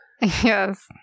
yes